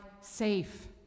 safe